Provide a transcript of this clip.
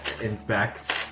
inspect